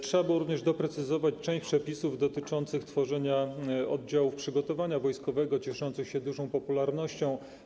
Trzeba było również doprecyzować część przepisów dotyczących tworzenia oddziałów przygotowania wojskowego cieszących się dużą popularnością.